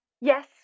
Yes